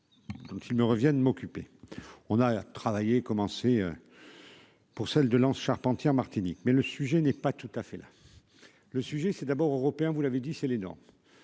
donc il me revient de m'occuper, on a travaillé commencer pour celle de Lens charpentière Martinique mais le sujet n'est pas tout à fait là. Le sujet c'est d'abord européen, vous l'avez dit, c'est l'énorme,